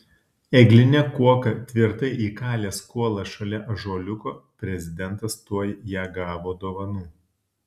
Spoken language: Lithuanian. egline kuoka tvirtai įkalęs kuolą šalia ąžuoliuko prezidentas tuoj ją gavo dovanų